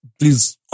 please